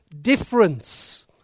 difference